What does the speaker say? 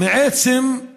מעצם זה